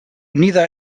neither